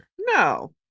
No